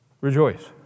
Rejoice